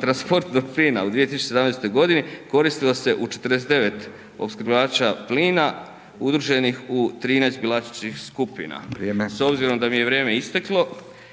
transportnog plina u 2017. koristila se u 49 opskrbljivača plina udruženih u 13 .../Govornik se ne razumije./... skupina. S obzirom da mi je vrijeme isteklo